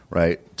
right